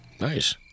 Nice